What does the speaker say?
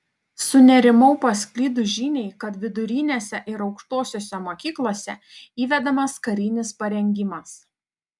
sunerimau pasklidus žiniai kad vidurinėse ir aukštosiose mokyklose įvedamas karinis parengimas